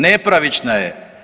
Nepravična je.